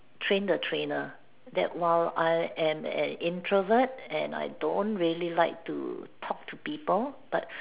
train the trainer that while I am a introvert and I don't really like to talk to people but